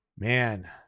Man